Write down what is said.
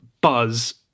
buzz